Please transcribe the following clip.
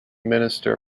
minister